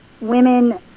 women